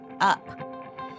up